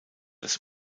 das